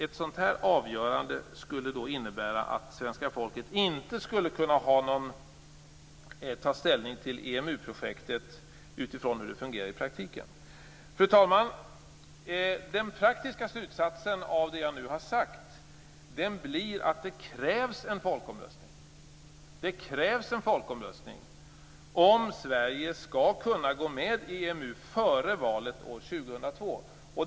Ett sådant avgörande skulle innebära att svenska folket inte skulle kunna ta ställning till EMU-projektet utifrån hur det fungerar i praktiken. Fru talman! Den praktiska slutsatsen av det jag nu har sagt blir att det krävs en folkomröstning om Sverige skall kunna gå med i EMU före valet år 2002.